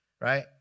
right